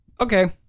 Okay